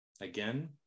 Again